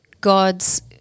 God's